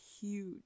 huge